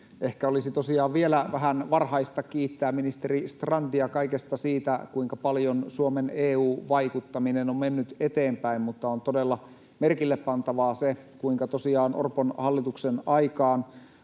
Ehkä olisi tosiaan vielä vähän varhaista kiittää ministeri Strandia kaikesta siitä, kuinka paljon Suomen EU-vaikuttaminen on mennyt eteenpäin, mutta on todella merkille pantavaa se, kuinka tosiaan Orpon hallituksen aikana